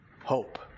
Hope